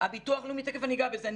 תיכף אני אגע בזה.